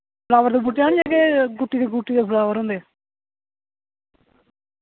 flower दे बूह्टे हैन जेह्के गुट्टी दे गुट्टी दे फ्लावर होंदे